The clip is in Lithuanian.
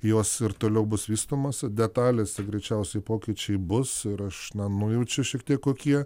jos ir toliau bus vystomos detalės tai greičiausiai pokyčiai bus ir aš na nujaučiu šiek tiek kokie